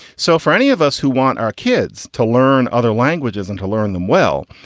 so for any of us who want our kids to learn other languages and to learn them, well,